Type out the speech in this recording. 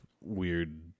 weird